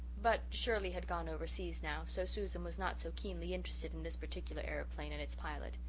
but shirley had gone overseas now, so susan was not so keenly interested in this particular aeroplane and its pilot.